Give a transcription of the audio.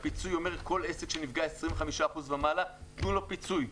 הפיצוי אומר שכל עסק שנפגע 25% ומעלה תנו לו פיצוי.